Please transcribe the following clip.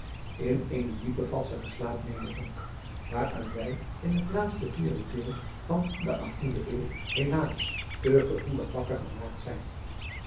in eenen diepen vadzigen slaap nederzonk waaruit wij in het laatste vierdedecl van de achttiende eeuw helaas te gevoelig wakker gemaakt zijn